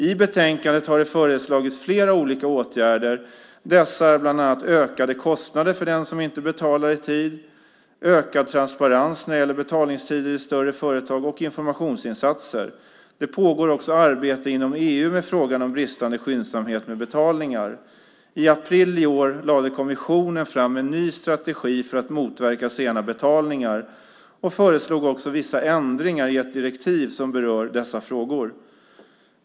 I betänkandet har det föreslagits flera olika åtgärder, bland annat ökade kostnader för den som inte betalar i tid, ökad transparens när det gäller betalningstider i större företag och informationsinsatser. Det pågår också arbete inom EU med frågan om bristande skyndsamhet med betalningar. I april i år lade kommissionen fram en ny strategi för att motverka sena betalningar och föreslog också vissa ändringar i ett direktiv som berör dessa frågor.